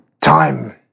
time